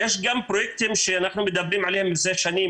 יש גם פרויקטים שאנחנו מדברים עליהם מזה שנים,